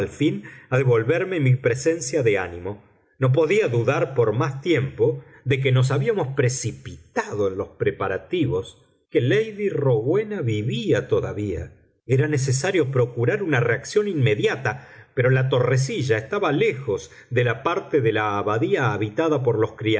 fin a devolverme mi presencia de ánimo no podía dudar por más tiempo de que nos habíamos precipitado en los preparativos que lady rowena vivía todavía era necesario procurar una reacción inmediata pero la torrecilla estaba lejos de la parte de la abadía habitada por los